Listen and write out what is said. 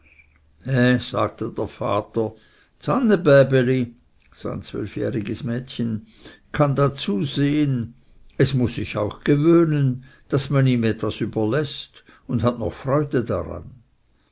sagte der vater ds annebäbeli sein zwölfjähriges mädchen kann dazu sehen es muß sich auch gewöhnen daß man ihm etwas überläßt und hat noch freude daran